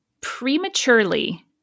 prematurely